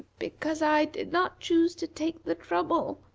because i did not choose to take the trouble,